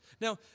Now